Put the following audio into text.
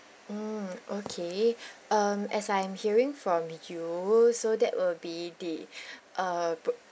mm okay um as I am hearing from you so that will be the uh